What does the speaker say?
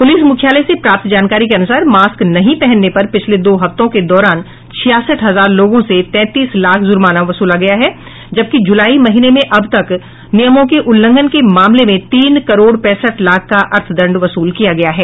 police मुख्यालय से प्राप्त जानकारी के अनुसार मास्क नहीं पहनने पर पिछले दो हफ्तों के दौरान छियासठ हजार लोगों से तैंतीस लाख ज़र्माना वसूला गया है जबकि ज़ुलाई महीने में अब तक नियमों के उल्लंघन के मामले में तीन करोड़ पैंसठ लाख का अर्थदंड वसूल किया गया है